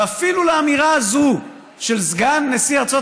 ואפילו על האמירה הזאת של סגן נשיא ארצות